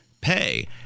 pay